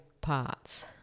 parts